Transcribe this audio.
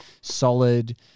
solid